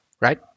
right